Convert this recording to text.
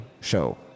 show